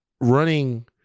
running